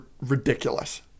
ridiculous